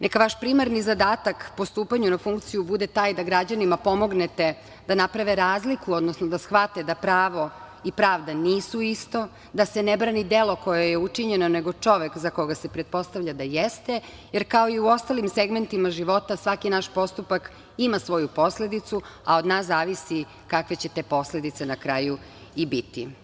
Neka vaš primarni zadatak po stupanju na funkciju bude taj da građanima pomognete da naprave razliku, odnosno da shvate da pravo i pravda nisu isto, da se ne brani delo koje je učinjeno nego čovek za koga se pretpostavlja da jeste, jer kao i u ostalim segmentima života, svaki naš postupak ima svoju posledicu, a od nas zavisi kakve će te posledice na kraju i biti.